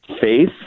Faith